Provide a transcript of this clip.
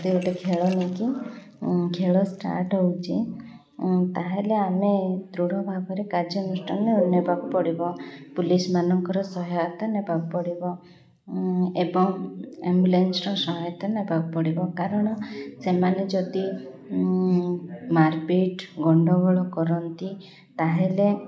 ଯଦି ଗୋଟେ ଖେଳ ନେଇକି ଖେଳ ଷ୍ଟାର୍ଟ ହେଉଛି ତା'ହେଲେ ଆମେ ଦୃଢ଼ ଭାବରେ କାର୍ଯ୍ୟ ଅନୁଷ୍ଠାନ ନେବାକୁ ପଡ଼ିବ ପୋଲିସ ମାନଙ୍କର ସହାୟତା ନେବାକୁ ପଡ଼ିବ ଏବଂ ଆମ୍ବୁଲାନ୍ସର ସହାୟତା ନେବାକୁ ପଡ଼ିବ କାରଣ ସେମାନେ ଯଦି ମାର୍ପିଟ୍ ଗଣ୍ଡଗୋଳ କରନ୍ତି ତା'ହେଲେ